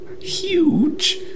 Huge